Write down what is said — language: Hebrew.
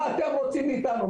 מה אתם רוצים מאיתנו?